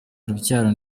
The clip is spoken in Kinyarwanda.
urubyaro